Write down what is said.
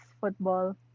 football